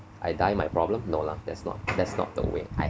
I die my problem no lah that's not that's not the way I